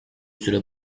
süre